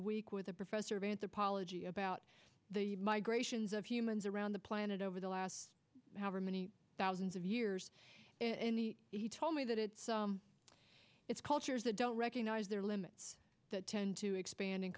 the week with a professor of anthropology about the migrations of humans around the planet over the last however many thousands of years in the he told me that it's it's cultures that don't recognize their limits that tend to expand and